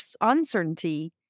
uncertainty